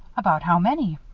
about how many?